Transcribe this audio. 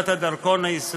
אני בעד למנוע ולהילחם ב-BDS